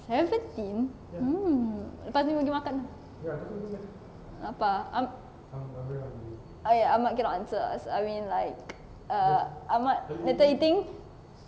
seventeen mm lepas ni pergi makan ah lapar I'm I cannot answer I mean like err ahmad later eating